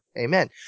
Amen